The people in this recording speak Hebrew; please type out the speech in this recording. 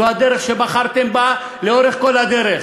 זאת הדרך שבחרתם בה לאורך כל הדרך.